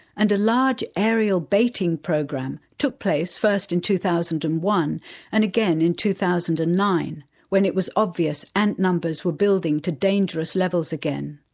and a large aerial baiting program took place first in two thousand and one and again in two thousand and nine when it was obvious ant numbers were building to dangerous levels again.